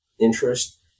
interest